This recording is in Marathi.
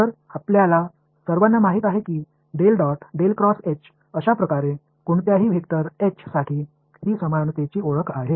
तर आपल्या सर्वांना माहित आहे की अशा प्रकारे कोणत्याही वेक्टर एच साठी ही समानतेची ओळख आहे